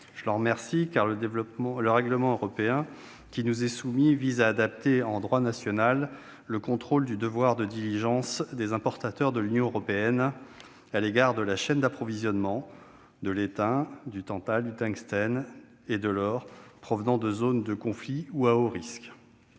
Je l'en remercie, car le règlement européen qui nous est soumis vise à adapter en droit national le contrôle du devoir de diligence des importateurs de l'Union européenne à l'égard de la chaîne d'approvisionnement de l'étain, du tantale, du tungstène et de l'or provenant de zones de conflit ou à haut risque.